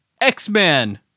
X-Men